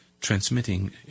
transmitting